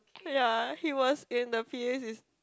ya he was in the p_a sys~